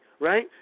Right